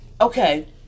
Okay